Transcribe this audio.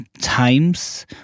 times